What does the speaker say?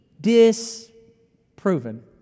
disproven